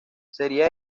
sería